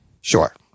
Sure